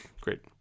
Great